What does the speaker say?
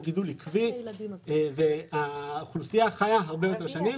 גידול עקבי והאוכלוסייה חיה הרבה יותר שנים.